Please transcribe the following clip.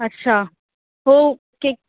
अच्छा पोइ के